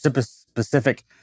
specific